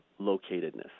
locatedness